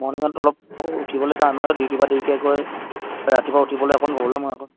মৰ্ণিঙত অলপ উঠিবলৈ টান হয় ডিউটিৰ পৰা দেৰিকৈ গৈ ৰাতিপুৱা উঠিবলৈ অকণ প্ৰবলেম হয় আকৌ